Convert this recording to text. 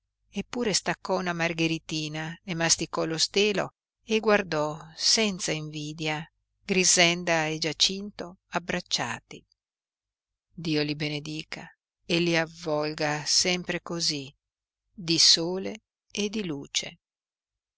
eppure staccò una margheritina ne masticò lo stelo e guardò senza invidia grixenda e giacinto abbracciati dio li benedica e li avvolga sempre cosí di sole e di luce